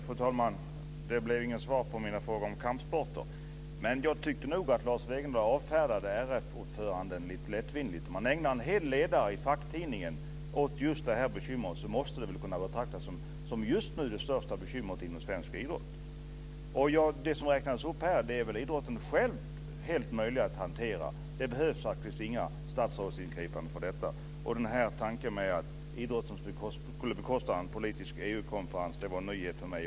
Fru talman! Det blev inget svar på mina frågor om kampsporter. Jag tycker nog att Lars Wegendal avfärdade Riksidrottsförbundets ordförande litet lättvindigt. Om man ägnar en hel ledare i facktidningen åt just det här bekymret måste det väl kunna betraktas som det just nu största bekymret inom svensk idrott. Det som räknades upp här är väl idrotten själv kapabel att hantera. Det behövs inga statsrådsingripanden för detta. Att idrotten skulle bekosta en politisk EU konferens var en nyhet för mig.